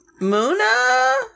Muna